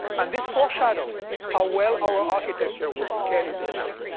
and this foreshadows how well our architecture will scale into the mac.